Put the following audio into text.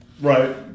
Right